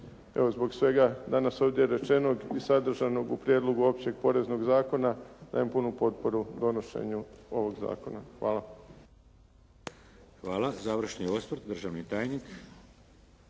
Evo zbog svega danas ovdje rečenog i sadržanog u prijedlogu općeg poreznog zakona dajem punu potporu donošenju ovoga zakona. Hvala. **Šeks, Vladimir (HDZ)** Hvala. Završni osvrt, državni tajnik